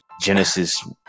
genesis